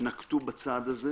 נקטו בצעד הזה.